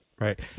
Right